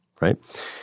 right